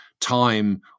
time